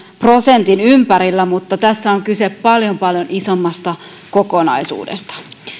prosentin ympärillä mutta tässä on kyse paljon paljon isommasta kokonaisuudesta